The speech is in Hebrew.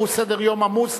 והוא סדר-יום עמוס,